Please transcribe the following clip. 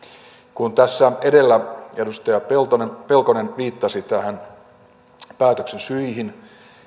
kun tässä edellä edustaja pelkonen pelkonen viittasi näihin päätöksen syihin